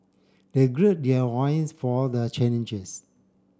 they gird their loins for the callenges